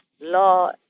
law